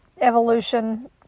evolution